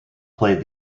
played